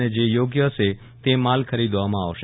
અને જે યાેગ્ય હશે તે માલ ખરીદવામાં આવશે